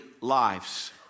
lives